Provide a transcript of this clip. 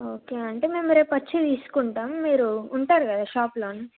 okay aunty మేము రేపు వచ్చి తీసుకుంటాం మీరు ఉంటారు కదా షాప్లో